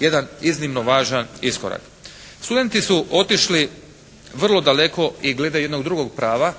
Jedan iznimno važan iskorak. Studenti su otišli vrlo daleko i glede jednog drugog prava